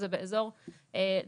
זה באזור לדעתי,